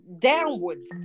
downwards